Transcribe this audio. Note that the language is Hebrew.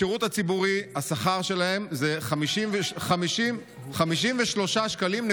בשירות הציבורי השכר שלהם הוא 53.57 שקלים.